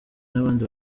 n’abandi